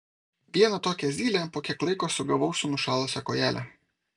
vieną tokią zylę po kiek laiko sugavau su nušalusia kojele